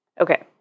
Okay